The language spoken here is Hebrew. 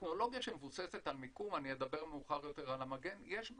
טכנולוגיה שמבוססת על מיקום אני אדבר מאוחר יותר על המגן יש בה,